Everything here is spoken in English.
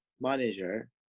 manager